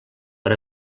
per